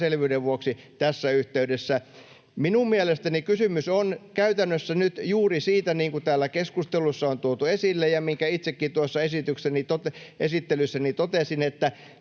selvyyden vuoksi tässä yhteydessä. Minun mielestäni kysymys on käytännössä nyt juuri siitä, niin kuin täällä keskustelussa on tuotu esille ja minkä itsekin tuossa esittelyssäni totesin, että